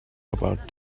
about